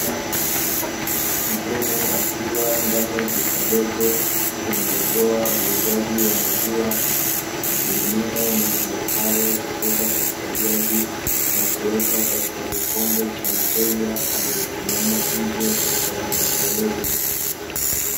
Mhudumu akiwa ndani ya duka dogo linalotoa uuzaji wa maziwa, akimimina maziwa hayo kutoka katika jagi, na kuweka katika kikombe cha mteja aliyesimama nje ya dirisha dogo.